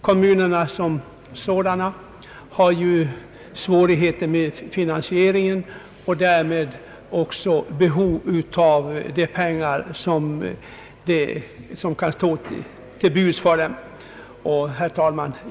Kommunerna har ju svårigheter med finansieringen och därmed också behov av de pengar som kan stå dem till buds. Herr talman!